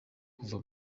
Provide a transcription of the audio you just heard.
kuva